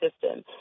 system